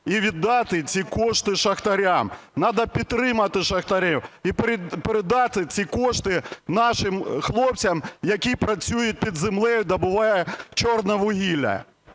і віддати ці кошти шахтарям. Треба підтримати шахтарів і передати ці кошти нашим хлопцям, які працюють під землею, добуваючи чорне вугілля